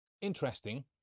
Interesting